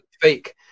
fake